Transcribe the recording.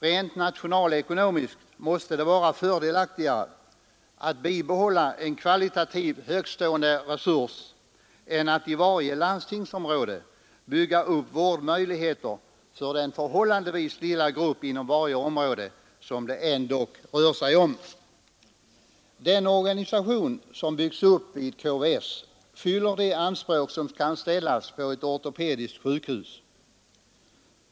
Rent nationalekonomiskt bör det också vara fördelaktigare att bibehålla en kvalitativt högtstående resurs än att i varje landstingsområde bygga upp vårdmöjligheter för den förhållandevis lilla grupp inom varje område som det ändå rör sig om. Den organisation som har byggts upp vid KVS fyller de anspråk som kan ställas på ett ortopediskt sjukhus.